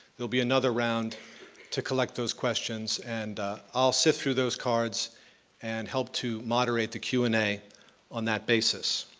there'll be another round to collect those questions and i'll sift through those cards and help to moderate the q and a on that basis.